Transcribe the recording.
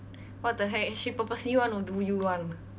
what the heck she purposely want to do you [one]